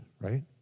right